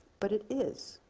but it is.